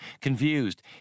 Confused